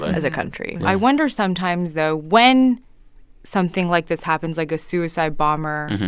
as a country i wonder sometimes, though, when something like this happens, like a suicide bomber,